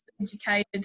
educated